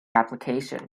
application